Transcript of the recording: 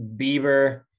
Bieber